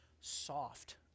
soft